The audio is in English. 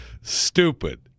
stupid